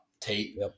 Tate